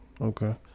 Okay